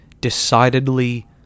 decidedly